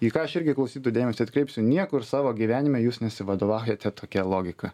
į ką aš irgi klausytojų dėmesį atkreipsiu niekur savo gyvenime jūs nesivadovaujate tokia logika